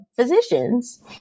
physicians